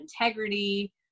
integrity